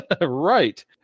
Right